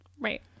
right